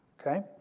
Okay